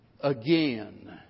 Again